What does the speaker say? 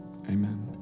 amen